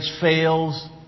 fails